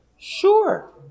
Sure